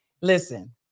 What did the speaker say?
Listen